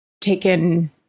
taken